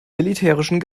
militärischen